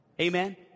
Amen